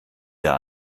der